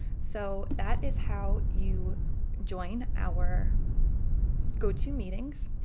so that is how you join our gotomeetings.